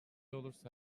olursa